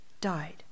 died